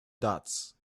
dots